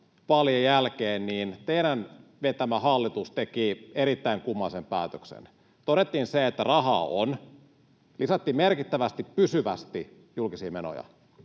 vaalien jälkeen teidän vetämänne hallitus teki erittäin kummallisen päätöksen. Todettiin se, että rahaa on, lisättiin merkittävästi pysyvästi julkisia menoja.